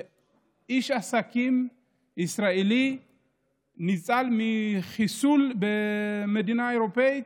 עסקים ישראלי ניצל מחיסול במדינה אירופית,